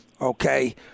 okay